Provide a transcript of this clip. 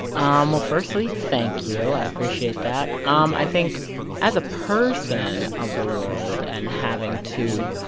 um well, firstly, thank you. i appreciate that. um i think as a person of the world and having to